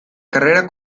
carrera